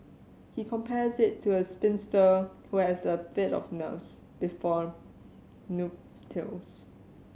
he compares it to a spinster who has a fit of nerves before nuptials